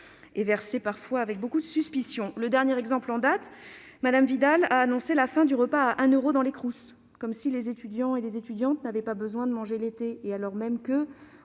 sont versées parfois avec beaucoup de suspicion. Dernier exemple en date : Mme Vidal a annoncé la fin du repas à 1 euro dans les Crous, comme si les étudiantes et les étudiants n'avaient pas besoin de manger l'été ...